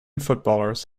footballers